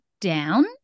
down